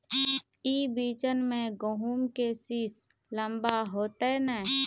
ई बिचन में गहुम के सीस लम्बा होते नय?